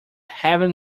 heaven